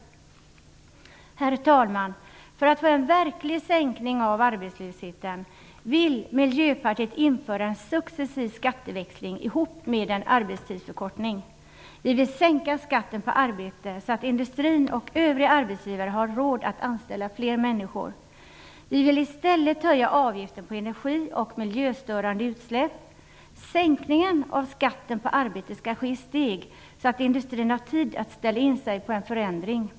Herr talman! För att få en verklig sänkning av arbetslösheten vill Miljöpartiet införa en successiv skatteväxling ihop med en arbetstidsförkortning. Vi vill sänka skatten på arbete, så att industrin och övriga arbetsgivare har råd att anställa fler människor. Vi vill i stället höja avgiften på energi och miljöstörande utsläpp. Sänkningen av skatten på arbete skall ske i steg, så att industrin har tid att ställa in sig på en förändring.